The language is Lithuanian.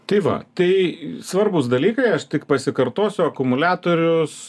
tai va tai svarbūs dalykai aš tik pasikartosiu akumuliatorius